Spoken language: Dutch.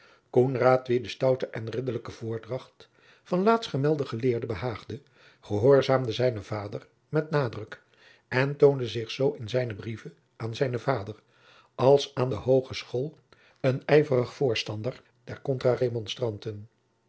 wien de stoute en ridderlijke voordracht van laatstgemelden geleerden behaagde gehoorzaamde zijnen vader met nadruk en toonde jacob van lennep de pleegzoon zich zoo in zijne brieven aan zijnen vader als aan de hoogeschool een ieverig voorstander der